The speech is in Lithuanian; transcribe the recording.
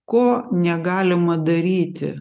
ko negalima daryti